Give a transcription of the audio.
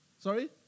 Sorry